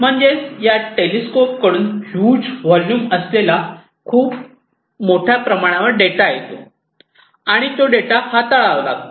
म्हणजेच या टेलिस्कोप कडून हुज व्हॉल्यूम असलेला खूप मोठ्या प्रमाणावर डेटा येतो आणि तो डेटा हाताळावा लागतो